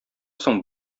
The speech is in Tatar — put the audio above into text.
соң